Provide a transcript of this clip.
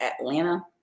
Atlanta